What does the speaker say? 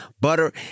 butter